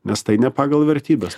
nes tai ne pagal vertybes